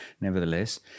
nevertheless